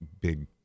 big